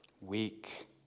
weak